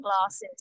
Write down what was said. glasses